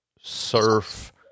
surf